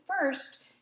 first